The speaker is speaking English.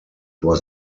was